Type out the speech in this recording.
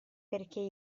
perché